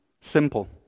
Simple